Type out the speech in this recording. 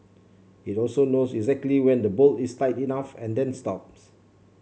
it also knows exactly when the bolt is tight enough and then stops